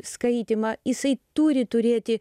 skaitymą jisai turi turėti